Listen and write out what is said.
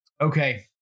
okay